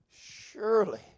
surely